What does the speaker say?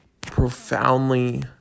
profoundly